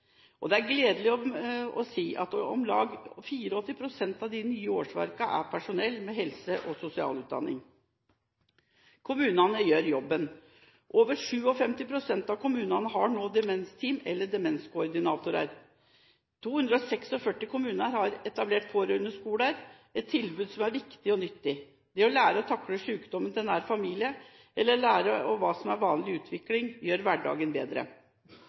2011. Det er gledelig at om lag 84 pst. av de nye årsverkene er personell med helse- og sosialutdanning. Kommunene gjør jobben. Over 57 pst. av kommunene har nå demensteam eller demenskoordinatorer. 246 kommuner har etablert pårørendeskoler, et tilbud som er viktig og nyttig. Det å lære å takle sykdommen til nær familie, eller lære hva som er vanlig utvikling, gjør hverdagen bedre.